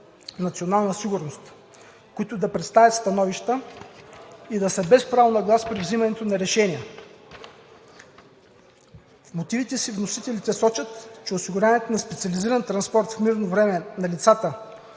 „Национална сигурност“, които да представят становища и да са без право на глас при вземането на решение. В мотивите си вносителите сочат, че осигуряването на специализиран транспорт в мирно време на лицата,